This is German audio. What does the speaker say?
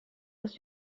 dass